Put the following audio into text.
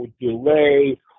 delay